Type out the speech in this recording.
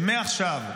שמעכשיו,